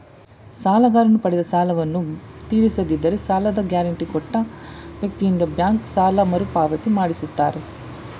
ಸಾಲಗಾರನು ಪಡೆದ ಸಾಲವನ್ನು ತೀರಿಸದಿದ್ದರೆ ಸಾಲದ ಗ್ಯಾರಂಟಿ ಕೊಟ್ಟ ವ್ಯಕ್ತಿಯಿಂದ ಬ್ಯಾಂಕ್ ಸಾಲ ಮರುಪಾವತಿ ಮಾಡಿಸುತ್ತಾರೆ